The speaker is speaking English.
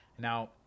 now